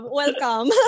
welcome